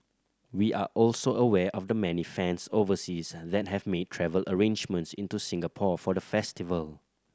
we are also aware of the many fans overseas that have made travel arrangements into Singapore for the festival